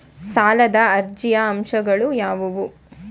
ಸಾಲದ ಅರ್ಜಿಯ ಅಂಶಗಳು ಯಾವುವು?